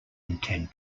intend